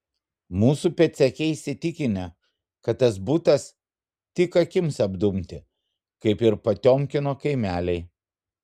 mūsų pėdsekiai įsitikinę kad tas butas tik akims apdumti kaip ir potiomkino kaimeliai